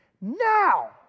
now